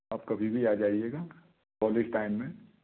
आप कभी भी आ जाएगा कॉलेज टाइम में